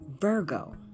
Virgo